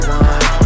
one